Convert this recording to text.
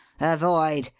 avoid